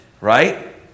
right